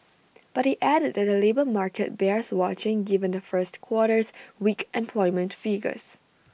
but they added that the labour market bears watching given the first quarter's weak employment figures